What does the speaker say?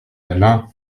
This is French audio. glun